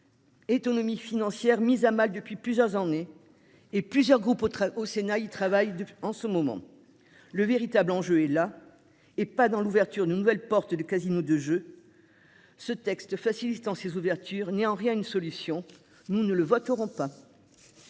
ton financière mise à mal depuis plusieurs années et plusieurs groupes très au Sénat il travaille en ce moment. Le véritable enjeu est là et pas dans l'ouverture de nouvelles portes du casino de jeu. Ce texte facilitant ces ouvertures n'est en rien une solution nous ne le voterons pas.